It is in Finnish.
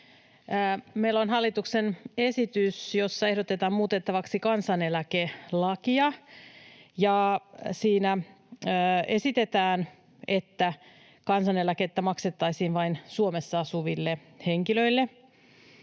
Meillä on hallituksen esitys, jossa ehdotetaan muutettavaksi kansaneläkelakia, ja siinä esitetään, että kansaneläkettä maksettaisiin vain Suomessa asuville henkilöille